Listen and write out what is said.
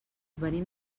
venim